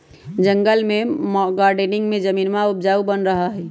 जंगल में गार्डनिंग में जमीनवा उपजाऊ बन रहा हई